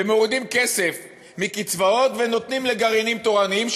ומורידים כסף מקצבאות ונותנים לגרעינים תורניים,